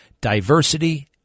diversity